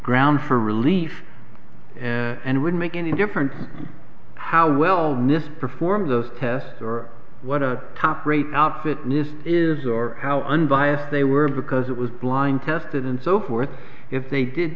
grounds for relief and would make any difference how well miss performed those tests or what a top rate outfit missed is or how unbiased they were because it was blind tested and so forth if they did